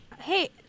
Hey